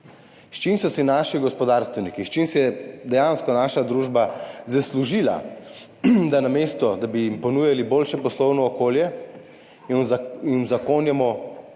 S čim so si naši gospodarstveniki, s čim si je dejansko naša družba zaslužila, da namesto, da bi jim ponujali boljše poslovno okolje, uzakonjamo